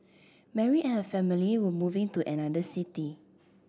Mary and her family were moving to another city